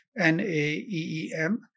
N-A-E-E-M